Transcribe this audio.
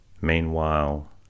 Meanwhile